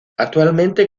actualmente